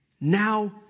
now